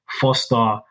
foster